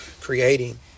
creating